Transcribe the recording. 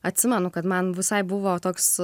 atsimenu kad man visai buvo toks